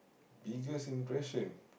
biggest impression